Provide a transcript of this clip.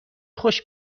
خوش